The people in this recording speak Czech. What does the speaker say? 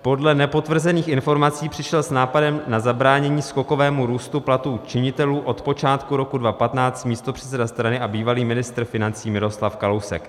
Podle nepotvrzených informací přišel s nápadem na zabránění skokovému růstu platů činitelů od počátku roku 2015 místopředseda strany a bývalý ministr financí Miroslav Kalousek.